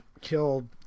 killed